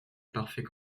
parfait